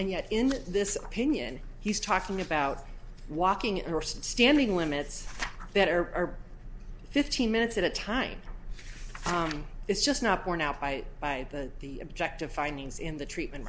and yet in this opinion he's talking about walking or standing limits that are fifteen minutes at a time it's just not borne out by by the the objective findings in the treatment